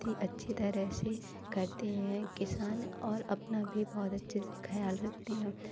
बहुत ही अच्छी तरह से करते हैं किसान और अपना भी बहुत अच्छे से ख्याल रखते हैं